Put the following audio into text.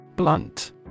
Blunt